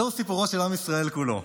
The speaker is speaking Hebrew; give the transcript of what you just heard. זהו סיפורו של עם ישראל כולו,